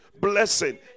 blessing